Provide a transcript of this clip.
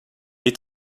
est